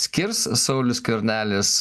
skirs saulius skvernelis